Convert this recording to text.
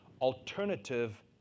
alternative